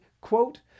quote